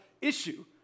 issue